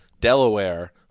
Delaware